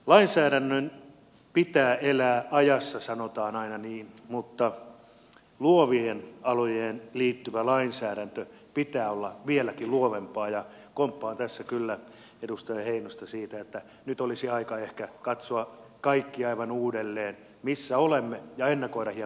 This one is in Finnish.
lainsäädännön pitää elää ajassa sanotaan aina niin mutta luoviin aloihin liittyvän lainsäädännön pitää olla vieläkin luovempaa ja komppaan tässä kyllä edustaja heinosta siinä että nyt olisi aika ehkä katsoa kaikki aivan uudelleen missä olemme ja ennakoida hieman tulevaa